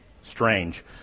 strange